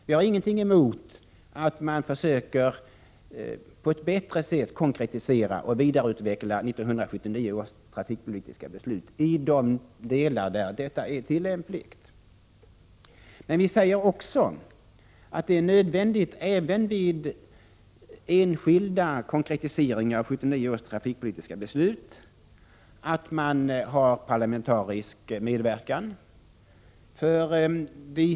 Vi har ingenting emot att man försöker att bättre än hittills konkretisera och vidareutveckla 1979 års 57 trafikpolitiska beslut i de delar där det är möjligt. Men vi säger också att det är nödvändigt, även vid enskilda konkretiseringar av 1979 års trafikpolitiska beslut, att ha parlamentarisk medverkan.